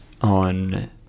on